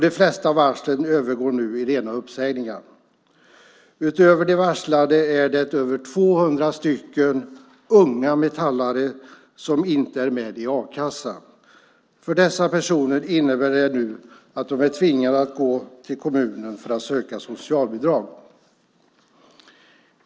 De flesta varslen övergår nu i rena uppsägningar. Av de varslade är det över 200 unga metallare som inte är med i a-kassan. De är nu tvingade att gå till kommunen för att söka socialbidrag.